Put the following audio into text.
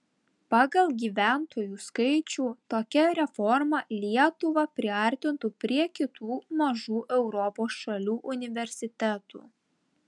pagal gyventojų skaičių tokia reforma lietuvą priartintų prie kitų mažų europos šalių universitetų